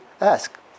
ask